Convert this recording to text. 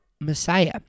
Messiah